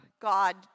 God